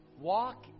Walk